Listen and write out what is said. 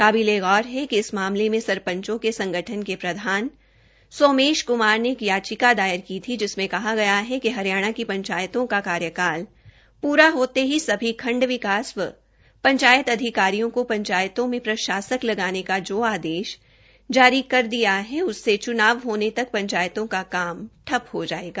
काबिलेगौर है कि इस मामले मे सरपंचों के संगठन के प्रधान सोमेश कुमार ने एक याचिका दायर की थी जिसमें कहा गया है कि हरियाणा के पंचायतों का कार्यकाल प्रा होते ही सभी खंड विकास एवं पंचायत अधिकारियों को पंचायतों को प्रशासक लगाने का जो आदेश जारी कर दिया है उसे चुनाव होने तक पंचायतों का काम ठप हो जायेगा